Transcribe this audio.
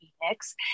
Phoenix